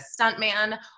stuntman